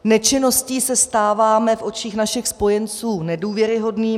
Nečinností se stáváme v očích našich spojenců nedůvěryhodnými.